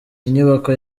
inyubako